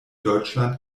deutschland